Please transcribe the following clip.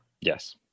yes